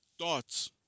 thoughts